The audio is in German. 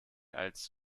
als